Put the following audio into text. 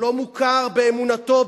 לא מוכר באמונתו,